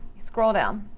scroll down.